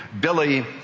Billy